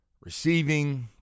receiving